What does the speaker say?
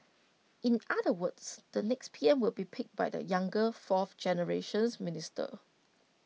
in other words the next P M will be picked by the younger fourth generations ministers